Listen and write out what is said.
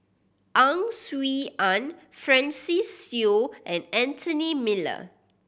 Ang Swee Aun Francis Seow and Anthony Miller